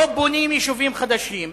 לא בונים יישובים חדשים.